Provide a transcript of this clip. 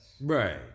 Right